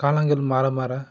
காலங்கள் மாற மாற